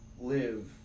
live